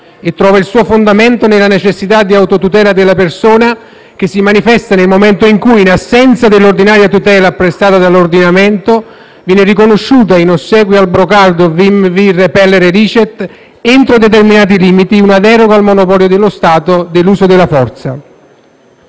e trova il suo fondamento nella necessità di autotutela della persona che si manifesta nel momento in cui, in assenza dell'ordinaria tutela prestata dall'ordinamento, viene riconosciuta, in ossequio al brocardo *vim vi repellere licet*, entro determinati limiti, una deroga al monopolio dello Stato dell'uso della forza.